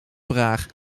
vraag